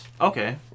Okay